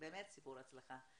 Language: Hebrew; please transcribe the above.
באמת סיפור הצלחה.